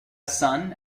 son